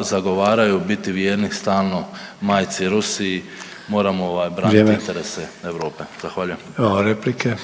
zagovaraju biti vjerni stalno majci Rusiji, moramo ovaj branit interese Europe, zahvaljujem.